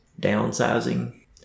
downsizing